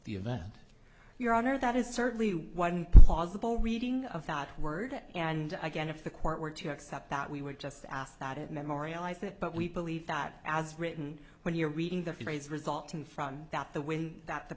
the event your honor that is certainly one plausible reading of thought word and again if the court were to accept that we were just asked about it memory i think but we believe that as written when you're reading the phrase resulting from that the way that the